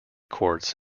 courts